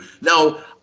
Now